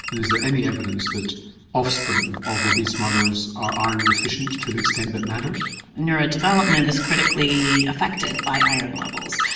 and is there any evidence that offspring of obese mothers are iron deficient to to an extent that matters? neurodevelopment is critically affected by iron levels.